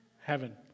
Heaven